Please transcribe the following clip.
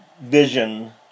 vision